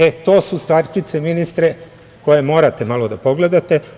E, to su stvarčice, ministre, koje morate malo da pogledate.